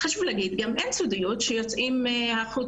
חשוב לומר את זה שאין סודיות כשיוצאים החוצה